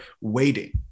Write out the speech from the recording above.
waiting